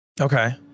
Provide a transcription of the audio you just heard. okay